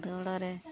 ଦଉଡ଼ରେ